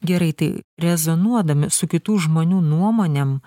gerai tai rezonuodami su kitų žmonių nuomonėm